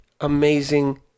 amazing